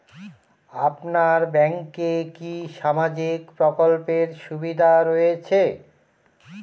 আপনার ব্যাংকে কি সামাজিক প্রকল্পের সুবিধা রয়েছে?